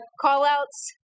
call-outs